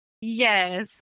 Yes